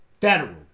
federal